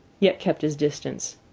yet kept his distance.